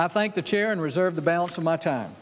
i thank the chair and reserve the balance of my time